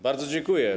Bardzo dziękuję.